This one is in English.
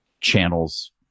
channels